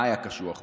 מה היה קשוח בו?